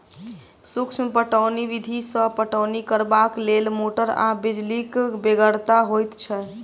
सूक्ष्म पटौनी विधि सॅ पटौनी करबाक लेल मोटर आ बिजलीक बेगरता होइत छै